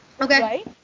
Okay